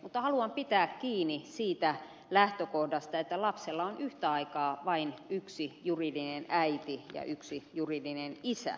mutta haluan pitää kiinni siitä lähtökohdasta että lapsella on yhtä aikaa vain yksi juridinen äiti ja yksi juridinen isä